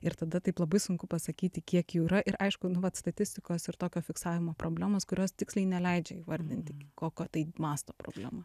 ir tada taip labai sunku pasakyti kiek jų yra ir aišku nu vat statistikos ir tokio fiksavimo problemos kurios tiksliai neleidžia įvardinti kokio tai masto problema